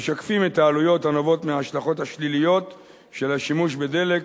משקפים את העלויות הנובעות מההשלכות השליליות של השימוש בדלק,